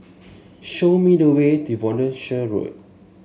show me the way Devonshire Road